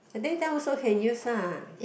at daytime also can use ah